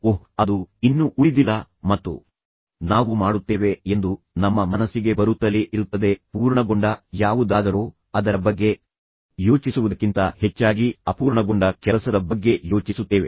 ಓಹ್ ಅದು ಇನ್ನೂ ಉಳಿದಿಲ್ಲ ಮತ್ತು ನಾವು ಮಾಡುತ್ತೇವೆ ಎಂದು ನಮ್ಮ ಮನಸ್ಸಿಗೆ ಬರುತ್ತಲೇ ಇರುತ್ತದೆ ಪೂರ್ಣಗೊಂಡ ಯಾವುದಾದರೊ ಅದರ ಬಗ್ಗೆ ಯೋಚಿಸುವುದಕ್ಕಿಂತ ಹೆಚ್ಚಾಗಿ ಅಪೂರ್ಣಗೊಂಡ ಕೆಲಸದ ಬಗ್ಗೆ ಯೋಚಿಸುತ್ತೇವೆ